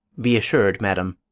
be assur'd, madam,